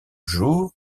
jour